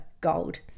gold